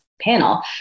panel